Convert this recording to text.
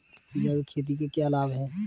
जैविक खेती के क्या लाभ हैं?